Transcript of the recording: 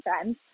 friends